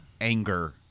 anger